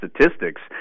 statistics